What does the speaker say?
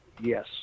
yes